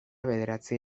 bederatzi